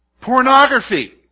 Pornography